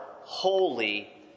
holy